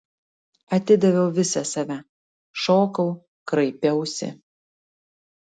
atidaviau visą save šokau kraipiausi